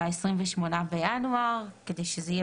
צו זה ביום כ"ו בשבט התשפ"ב (28 בינואר 2022). כדי שזה יהיה